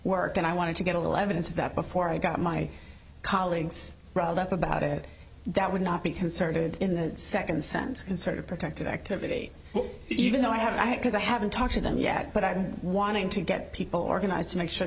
work and i wanted to get a little evidence of that before i got my colleagues riled up about it that would not be concerted in that second sentence inserted protected activity even though i haven't had cause i haven't talked to them yet but i'm wanting to get people organized to make sure